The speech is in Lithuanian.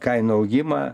kainų augimą